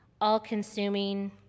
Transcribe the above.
all-consuming